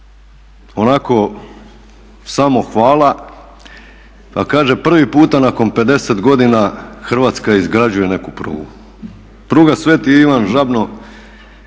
onako samohvala a kaže prvi puta nakon 50 godina Hrvatska gradi neku prugu. Pruga sv. Ivan